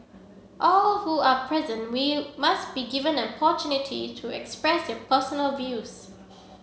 all who are present we must be given an opportunity to express their personal views